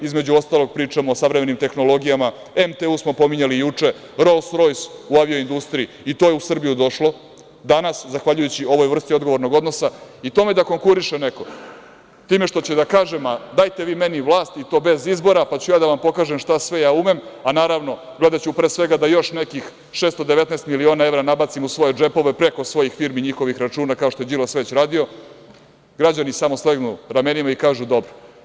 Između ostalog pričamo o savremenim tehnologijama, MTU smo pominjali juče, „Rols-Rojs“ u avio industriji, i to je u Srbiju došlo, danas zahvaljujući ovoj vrsti odgovornog odnosa, i tome da konkuriše neko time što će da kaže – dajte vi meni vlast, i to bez izbora, pa ću da vam pokažem šta sve ja umem, a naravno gledaću, pre svega, da još nekih 619 miliona evra nabacim u svoje džepove preko svojih firmi i njihovih računa, kao što je Đilas već radio, građani samo slegnu ramenima i kažu – dobro.